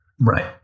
right